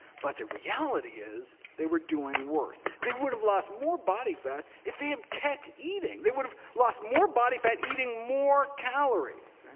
but the reality is they were doing worse. they would have lost more body fat if they had kept eating they would have lost more body fat, eating more calories.